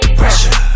pressure